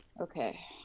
Okay